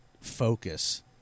focus